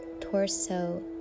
torso